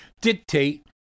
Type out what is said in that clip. dictate